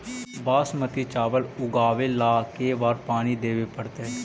बासमती चावल उगावेला के बार पानी देवे पड़तै?